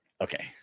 okay